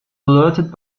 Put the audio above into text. alerted